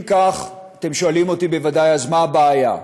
אם כך, אתם שואלים אותי בוודאי: מה הבעיה?